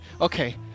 okay